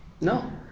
No